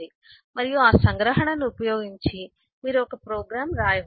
మరియు ఆ సంగ్రహణను ఉపయోగించి మీరు ఒక ప్రోగ్రామ్ రాయవచ్చు